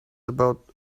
about